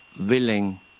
willing